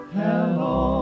hello